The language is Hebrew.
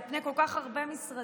על פני כל כך הרבה משרדים.